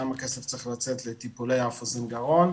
כמה כסף צריך לצאת לטיפולי אף אוזן גרון,